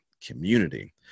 community